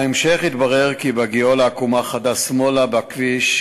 בהמשך התברר כי בהגיעו לעקומה חדה שמאלה בכביש,